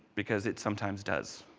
because it sometimes does.